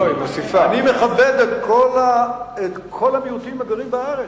אני מכבד את כל המיעוטים בארץ.